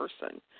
person